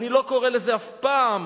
אני לא קורא לזה אף פעם